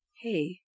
hey